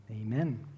amen